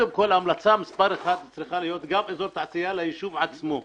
המלצה מספר אחת צריכה להיות גם אזור תעשייה ליישוב עצמו.